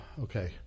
okay